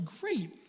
great